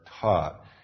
taught